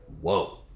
whoa